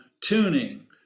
tuning